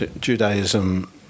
Judaism